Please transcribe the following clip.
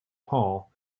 paul